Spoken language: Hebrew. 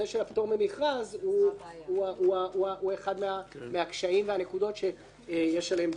ממכרז הוא אחד הקשיים והנקודות שיש עליהם דגש.